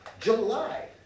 July